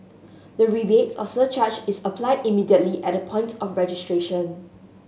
the rebate or surcharge is applied immediately at the point of registration